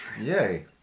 Yay